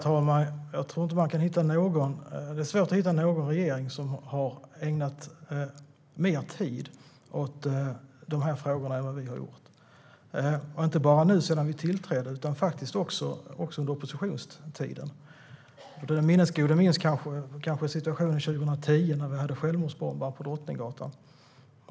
Herr talman! Det är svårt att hitta någon regering som har ägnat mer tid åt dessa frågor än vad vi har gjort. Och vi har inte bara gjort det sedan vi tillträdde utan också under oppositionstiden. Den minnesgode minns kanske situationen 2010 när vi hade en självmordsbombare på Drottninggatan.